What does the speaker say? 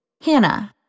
Hannah